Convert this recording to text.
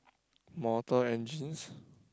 Mortal Engines